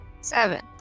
Seven